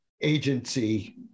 agency